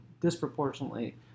disproportionately